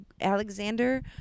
Alexander